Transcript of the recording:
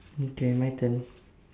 okay my turn